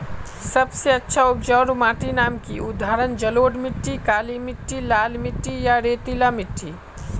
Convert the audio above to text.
सबसे अच्छा उपजाऊ माटिर नाम की उदाहरण जलोढ़ मिट्टी, काली मिटटी, लाल मिटटी या रेतीला मिट्टी?